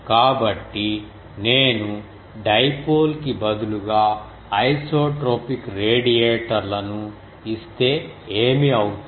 కాబట్టి నేను డైపోల్ కి బదులుగా ఐసోట్రోపిక్ రేడియేటర్లను ఇస్తే ఏమి అవుతుంది